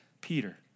Peter